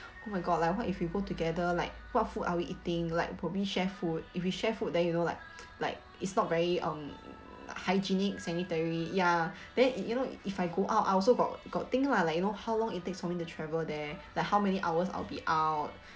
oh my god like what if we go together like what food are we eating like probably share food if we share food then you know like like it's not very um hygienic sanitary ya then it you know if I go out I also got got think lah like you know how long it takes me to travel there like how many hours I'll be out